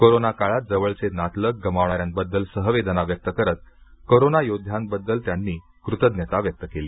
corona काळात जवळचे नातलग गमावणाऱ्यांबद्दल सहवेदना व्यक्त करत कोरोना योध्याबद्दल त्यांनी कृतज्ञता व्यक्त केली